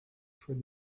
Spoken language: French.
choix